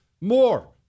more